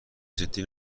جدی